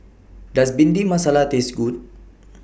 Does Bhindi Masala Taste Good